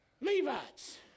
Levites